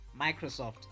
Microsoft